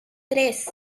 tres